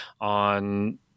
on